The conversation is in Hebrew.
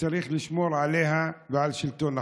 וצריך לשמור עליה ועל שלטון החוק.